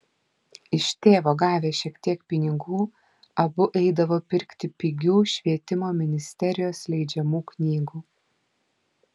iš tėvo gavę šiek tiek pinigų abu eidavo pirkti pigių švietimo ministerijos leidžiamų knygų